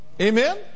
Amen